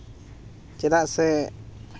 ᱪᱮᱫᱟᱜ ᱥᱮ